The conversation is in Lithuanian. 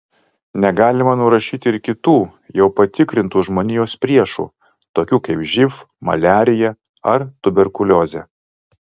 negalima nurašyti ir kitų jau patikrintų žmonijos priešų tokių kaip živ maliarija ar tuberkuliozė